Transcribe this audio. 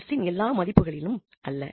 s இன் எல்லா மதிப்புகளிலும் அல்ல